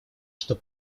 что